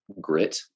grit